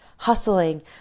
hustling